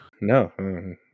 No